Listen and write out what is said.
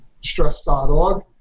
stress.org